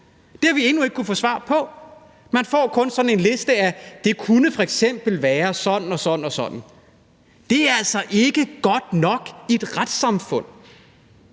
Det har vi endnu ikke kunnet få svar på. Man får kun oplyst, at det f.eks. kunne være sådan og sådan og sådan. Det er altså ikke godt nok i et retssamfund.